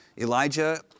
Elijah